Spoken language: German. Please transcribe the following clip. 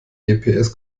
gps